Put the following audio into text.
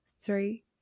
three